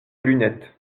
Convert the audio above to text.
lunettes